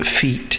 feet